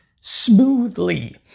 smoothly